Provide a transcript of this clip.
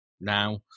now